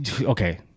Okay